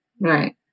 Right